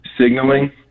signaling